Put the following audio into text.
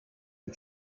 and